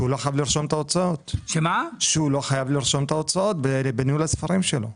שהוא לא חייב לרשום את ההוצאות בניהול הספרים שלו.